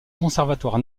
conservatoire